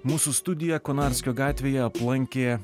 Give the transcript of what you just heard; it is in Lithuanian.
mūsų studiją konarskio gatvėje aplankė